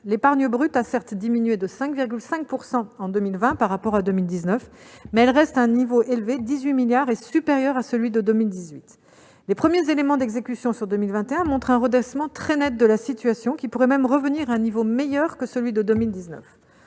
L'épargne brute a certes diminué de 5,5 % en 2020 par rapport à 2019, mais elle reste à un niveau élevé de 18 milliards d'euros, qui est supérieur à celui de 2018. Les premiers éléments d'exécution sur 2021 montrent un redressement très net de la situation, qui pourrait même revenir à un niveau meilleur que celui de 2019.